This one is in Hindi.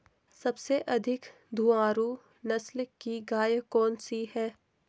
सबसे अधिक दुधारू नस्ल की गाय कौन सी है?